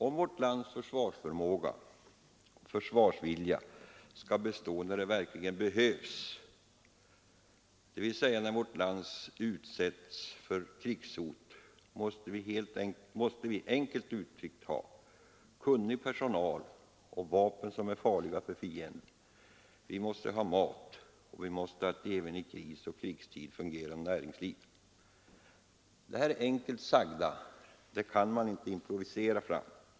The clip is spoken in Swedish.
Om vårt lands försvarsförmåga och försvarsvilja skall bestå när det verkligen behövs, dvs. när vårt land utsätts för krigshot, måste vi enkelt uttryckt ha kunnig personal och vapen som är farliga för fienden, vi måste ha mat, och vi måste ha ett även i krig och krigstid fungerande näringsliv. Dessa förutsättningar kan man inte improvisera fram.